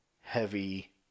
heavy